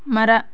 ಮರ